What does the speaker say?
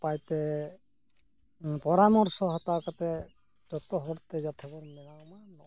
ᱱᱟᱯᱟᱭᱛᱮ ᱯᱚᱨᱟᱢᱚᱨᱥᱚ ᱦᱟᱛᱟᱣ ᱠᱟᱛᱮᱫ ᱡᱚᱛᱚ ᱦᱚᱲ ᱛᱮ ᱡᱟᱛᱮ ᱵᱚᱱ ᱵᱮᱱᱟᱣ ᱢᱟ